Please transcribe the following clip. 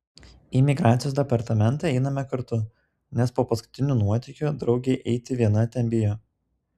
į migracijos departamentą einame kartu nes po paskutinių nuotykių draugė eiti viena ten bijo